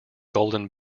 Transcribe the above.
golden